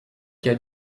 cas